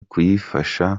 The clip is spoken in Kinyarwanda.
kuyifasha